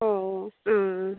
ഓ ഓ ആ ആ